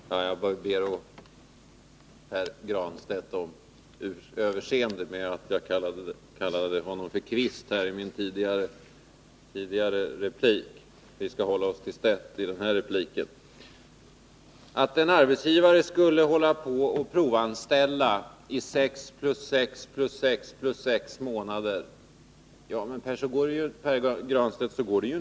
Fru talman! Jag ber Pär Granstedt om överseende för att jag kallade honom kvist i min tidigare replik. Jag skall hålla mig till stedt i den här repliken. Att en arbetsgivare skulle hålla på att provanställa i sex plus sex plus sex plus sex månader —så går det ju inte till, Pär Granstedt.